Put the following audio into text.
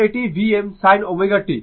তো এটি Vm sin ω t